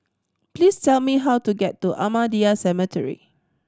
please tell me how to get to Ahmadiyya Cemetery